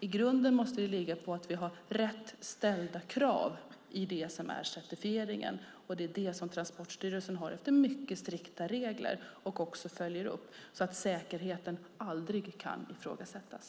I grunden måste det bygga på att rätt krav ställs för certifieringen, och det är det som Transportstyrelsen gör efter mycket strikta regler och också följer upp så att säkerheten aldrig kan ifrågasättas.